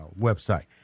website